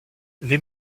les